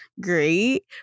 great